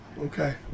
Okay